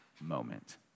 moment